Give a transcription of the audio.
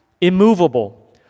immovable